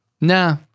Nah